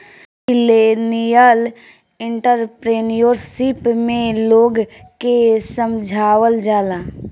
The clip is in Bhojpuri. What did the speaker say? मिलेनियल एंटरप्रेन्योरशिप में लोग के समझावल जाला